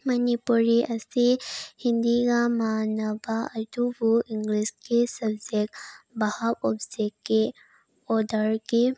ꯃꯅꯤꯄꯨꯔꯤ ꯑꯁꯤ ꯍꯤꯟꯗꯤꯒ ꯃꯥꯟꯅꯕ ꯑꯗꯨꯕꯨ ꯏꯪꯂꯤꯁꯀꯤ ꯁꯞꯖꯦꯛ ꯚꯥꯞ ꯑꯣꯞꯖꯦꯛꯀꯤ ꯑꯣꯗꯔꯒꯤ